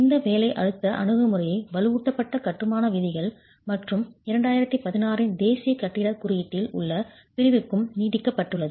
இந்த வேலை அழுத்த அணுகுமுறை வலுவூட்டப்பட்ட கட்டுமான விதிகள் மற்றும் 2016 இன் தேசிய கட்டிடக் குறியீட்டில் உள்ள பிரிவுக்கும் நீட்டிக்கப்பட்டுள்ளது